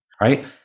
right